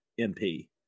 MP